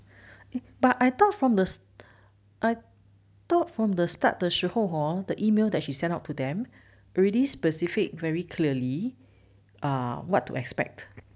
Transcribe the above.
but I thought from the I thought from the start 的时候 hor the email that she sent out to them already specific very clearly ah what to expect